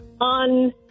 on